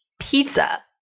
pizza